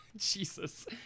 Jesus